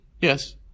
Yes